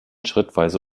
schrittweise